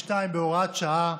52, הוראת שעה,